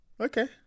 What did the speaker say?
Okay